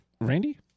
Randy